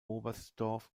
oberstdorf